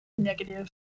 Negative